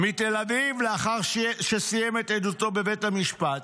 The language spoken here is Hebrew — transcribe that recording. מתל אביב לאחר שסיים את עדותו בבית המשפט.